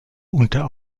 unter